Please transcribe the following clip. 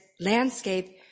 landscape